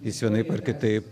jis vienaip ar kitaip